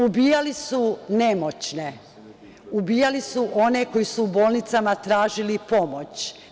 Ubijali su nemoćne, ubijali su one koji su u bolnicama tražili pomoć.